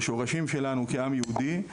בשורשים שלנו כעם יהודי,